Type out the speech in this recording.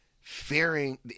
fearing